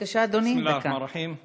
בסם אללה א-רחמאן א-רחים.